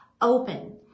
open